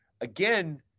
again